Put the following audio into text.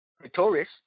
victorious